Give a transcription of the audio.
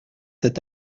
cet